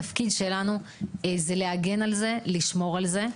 התפקיד שלנו הוא להגן על זה, לשמור על זה.